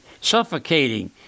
suffocating